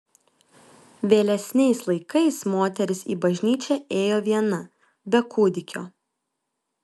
vėlesniais laikais moteris į bažnyčią ėjo viena be kūdikio